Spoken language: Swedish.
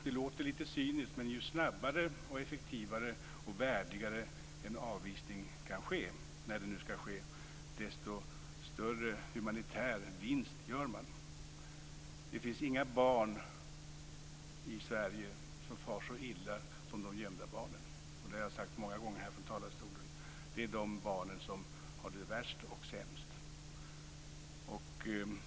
Det låter lite cyniskt, men ju snabbare och effektivare och värdigare en avvisning kan ske, när det nu skall ske, desto större humanitär vinst gör man. Det finns inga barn i Sverige som far så illa som de gömda barnen, och det har jag sagt många gånger här i talarstolen. Det är de barn som har det värst och sämst.